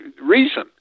reason